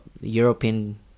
European